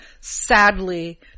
sadly